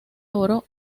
oro